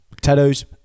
Tattoos